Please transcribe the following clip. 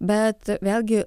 bet vėlgi